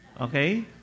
Okay